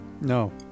No